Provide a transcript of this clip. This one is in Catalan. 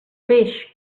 peix